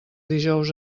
dijous